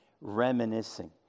Reminiscing